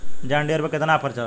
John Deere पर केतना offer बा?